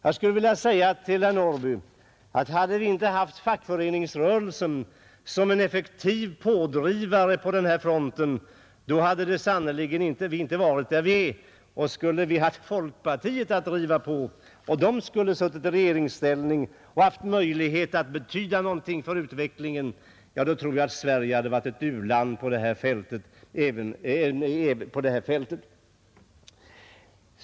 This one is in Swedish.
Jag skulle vilja säga till herr Norrby att om vi inte hade haft fackföreningsrörelsen som en effektiv pådrivare på den här fronten, hade vi sannerligen inte varit där vi är; skulle vi haft folkpartiet som pådrivare och man där skulle ha suttit i regeringsställning och haft möjlighet att betyda någonting för utvecklingen, ja, då tror jag att Sverige hade varit ett u-land på det här fältet.